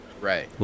right